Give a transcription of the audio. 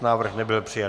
Návrh nebyl přijat.